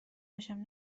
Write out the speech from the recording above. باشم